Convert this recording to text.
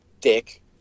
dick